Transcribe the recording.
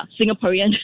Singaporean